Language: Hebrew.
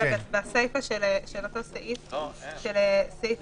בסיפה של אותו סעיף (א)